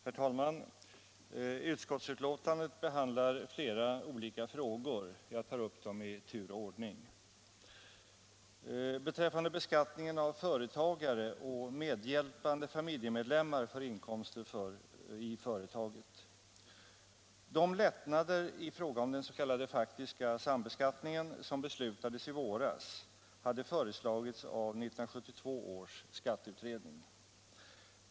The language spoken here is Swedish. Herr talman! Utskottsbetänkandet behandlar flera olika frågor. Jag tar upp dem i tur och ordning. lemmar för inkomster för företaget: De lättnader i fråga om den s.k. faktiska sambeskattningen som beslutades i våras hade föreslagits av 1972 års skatteutredning.